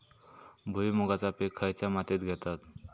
भुईमुगाचा पीक खयच्या मातीत घेतत?